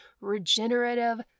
regenerative